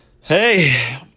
hey